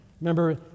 Remember